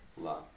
love